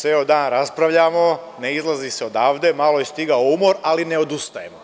Ceo dan raspravljamo, ne izlazi se odavde, malo je stigao umor, ali ne odustajemo.